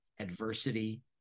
adversity